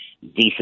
decent